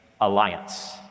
alliance